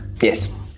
Yes